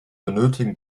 benötigen